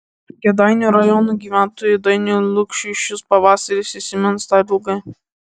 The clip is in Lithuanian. kėdainių rajono gyventojui dainiui lukšiui šis pavasaris įsimins dar ilgai